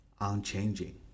unchanging